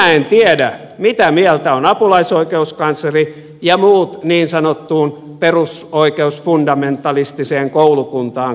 mutta minä en tiedä mitä mieltä on apulaisoikeuskansleri ja muut niin sanottuun perusoikeusfundamentalistiseen koulukuntaan kuuluvat juristit